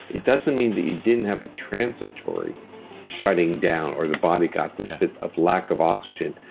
it doesn't mean that you didn't have a transitory shutting down, or the body got this fit of lack of oxygen,